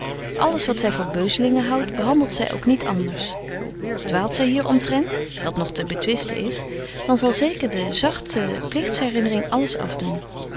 alles wat zy voor beuzelingen houdt behandelt zy ook niet anders dwaalt zy hier omtrent dat nog te betwisten is dan zal zeker de zagte pligts herïnnering alles afdoen